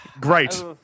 Great